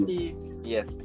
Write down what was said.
Yes